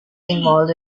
involved